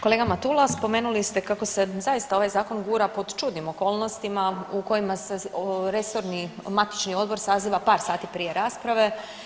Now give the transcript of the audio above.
Kolega Matula, spomenuli ste kako se zaista ovaj zakon gura pod čudnim okolnostima u kojima se resorni matični odbor saziva par sati prije rasprave.